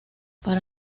para